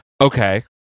Okay